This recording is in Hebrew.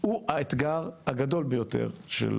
הוא האתגר הגדול ביותר של